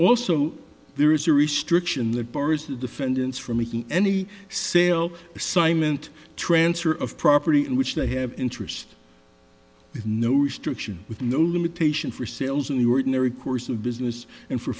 also there is a restriction that bars the defendants for making any sale assignment transfer of property in which they have interest is no restriction with no limitation for sales in the ordinary course of business and for